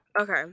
Okay